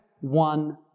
one